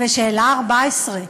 בשאלה 14: